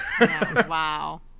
Wow